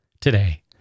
today